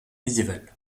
médiévale